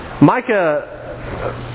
Micah